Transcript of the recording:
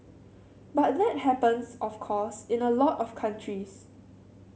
but that happens of course in a lot of countries